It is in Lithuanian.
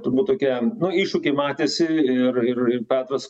turbūt tokiam nu iššūkiai matėsi ir ir ir petras